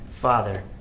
father